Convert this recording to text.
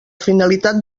finalitat